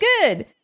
good